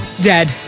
Dead